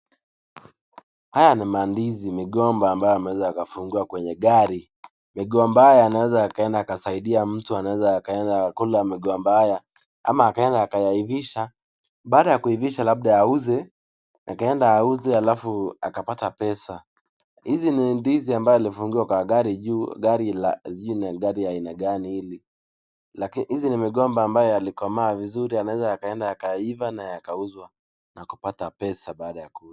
Haya ni mandizi ni migomba ambayo yameweza kufungiwa kwenye gari, migomba hayo yanaweza yakaenda kusaidia mtu , anaweza akaenda kula migomba haya ama akaenda akayaivisha , baada ya kuivisha labda auze alafu akapata pesa , hizi ni ndizi ambalo lilifungiwa kwa gari juu, gari la, sijui ni gari la aina gani hili. Lakini hizi ni migomba ambayo yalikomaa vizuri yanaweza yakaenda yakaiva na yakakuuzwa na kupata pesa baada ya kuuza.